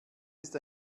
ist